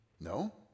No